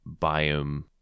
biome